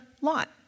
lot